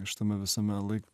šitame visame laik